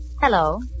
Hello